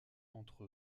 entre